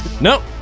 no